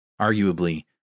Arguably